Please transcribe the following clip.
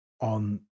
On